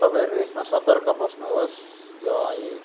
तपाईँहरू यसमा सतर्क बस्नुहोस् र